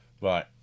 Right